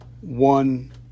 one